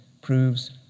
proves